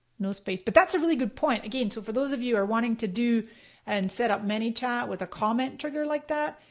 no space. but that's a really good point, again, so for those of you who are wanting to do and set up manychat with a comment trigger like that,